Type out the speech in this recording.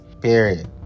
period